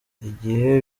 igihe